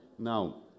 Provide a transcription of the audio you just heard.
Now